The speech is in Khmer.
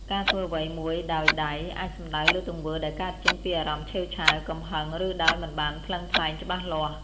ការធ្វើអ្វីមួយដោយ "ដៃ" អាចសំដៅលើទង្វើដែលកើតចេញពីអារម្មណ៍ឆេវឆាវ កំហឹង ឬដោយមិនបានថ្លឹងថ្លែងច្បាស់លាស់។